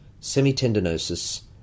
semitendinosus